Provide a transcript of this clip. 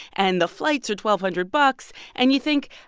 and the flights are twelve hundred bucks. and you think,